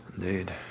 indeed